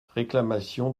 réclamation